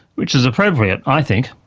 which is appropriate, i think.